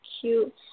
cute